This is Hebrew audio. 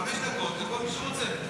חמש דקות לכל מי שרוצה.